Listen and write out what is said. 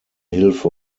hilfe